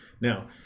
Now